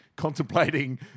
contemplating